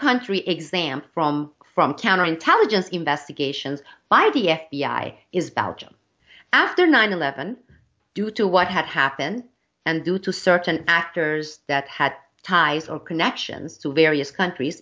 country exam from from counterintelligence investigations by the f b i is about after nine eleven due to what had happened and due to certain actors that had ties or connections to various countries